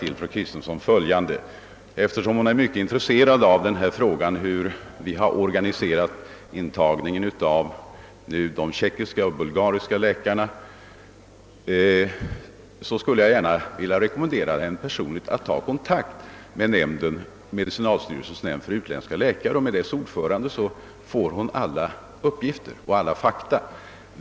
Eftersom fru Kristensson är mycket intresserad av frågan hur vi organiserat intagningen av de tjeckiska och bulgariska läkarna skulle jag vilja rekommendera henne att personligen ta kontakt med medicinalstyrelsens nämnd för utländska läkare och dess ordförande för att få alla fakta.